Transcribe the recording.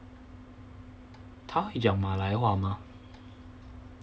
他会讲马来话吗